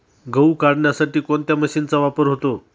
गहू काढण्यासाठी कोणत्या मशीनचा वापर होतो?